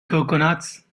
coconuts